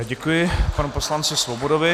Děkuji panu poslanci Svobodovi.